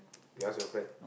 we ask your friend